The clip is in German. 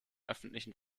öffentlichen